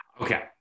Okay